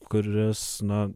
kuris na